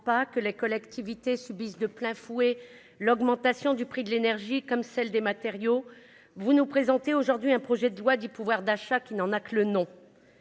pas, que les collectivités subissent de plein fouet l'augmentation du prix de l'énergie, comme celle des matériaux, vous nous présentez aujourd'hui un projet de loi prétendument de « pouvoir d'achat », qui n'en a que le nom